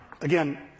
again